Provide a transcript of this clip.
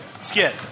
Skid